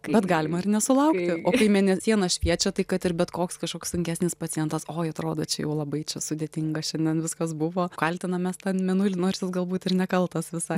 bet galima ir nesulaukti o kai mėnesiena šviečia tai kad ir bet koks kažkoks sunkesnis pacientas oi atrodo čia jau labai sudėtinga šiandien viskas buvo kaltinam mes tą mėnulį nors jis galbūt ir nekaltas visai